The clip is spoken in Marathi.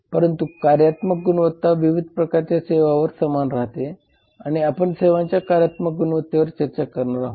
परंतु कार्यात्मक गुणवत्ता विविध प्रकारच्या सेवांवर समान राहते आणि आपण सेवांच्या कार्यात्मक गुणवत्तेवर चर्चा करणार आहोत